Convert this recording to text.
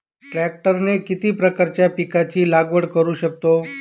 ट्रॅक्टरने किती प्रकारच्या पिकाची लागवड करु शकतो?